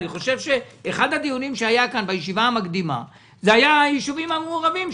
באחד הדיונים שהיה כאן בישיבה המקדימה עסקנו בנושא היישובים המעורבים,